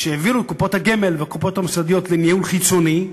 כשהעבירו את קופות הגמל והקופות המוסדיות לניהול חיצוני,